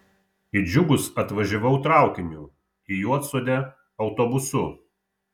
į džiugus atvažiavau traukiniu į juodsodę autobusu